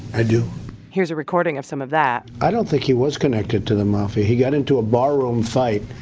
i do here's a recording of some of that i don't think he was connected to the mafia. he got into a barroom fight.